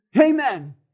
Amen